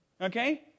Okay